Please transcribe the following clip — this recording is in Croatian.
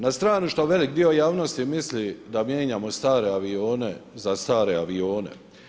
Na stranu što velik dio javnosti misli da mijenjamo stare avione za stare avione.